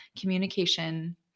communication